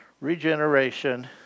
regeneration